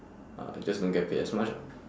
uh just don't get paid at much ah